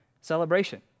celebration